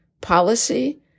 policy